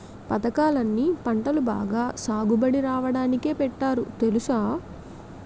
పదకాలన్నీ పంటలు బాగా సాగుబడి రాడానికే పెట్టారు తెలుసా?